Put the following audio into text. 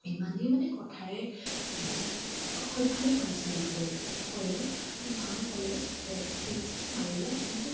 ইমানেই মানে কথাৰে অসভ্যালি কৰা নিচিনা বুলি ক'ব লাগিব কৰিলে ত' মাও ক'লে যে ঠিক আছে মাৰি লোৱা কিন্তু